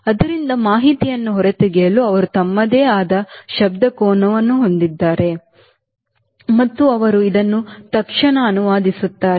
ಆದ್ದರಿಂದ ಮಾಹಿತಿಯನ್ನು ಹೊರತೆಗೆಯಲು ಅವರು ತಮ್ಮದೇ ಆದ ಶಬ್ದಕೋಶವನ್ನು ಹೊಂದಿದ್ದಾರೆ ಮತ್ತು ಅವರು ಇದನ್ನು ತಕ್ಷಣ ಅನುವಾದಿಸುತ್ತಾರೆ